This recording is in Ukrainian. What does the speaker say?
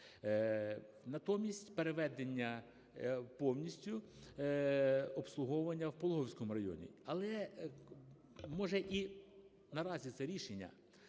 Натомість, переведення повністю обслуговування у Пологівському районі. Але може і наразі це рішення,